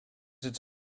its